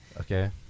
Okay